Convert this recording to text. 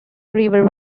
river